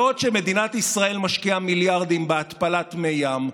בעוד מדינת ישראל משקיעה מיליארדים בהתפלת מי ים,